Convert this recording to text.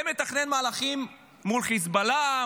ומתכנן מהלכים מול חיזבאללה,